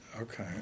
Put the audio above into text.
okay